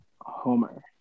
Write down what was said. Homer